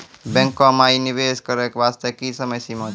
बैंको माई निवेश करे बास्ते की समय सीमा छै?